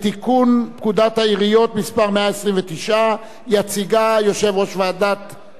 העיריות (מס' 129). יציגה יושב-ראש ועדת הפנים,